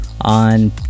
On